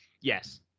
yes